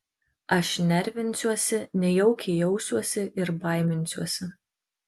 aš nervinsiuosi nejaukiai jausiuosi ir baiminsiuosi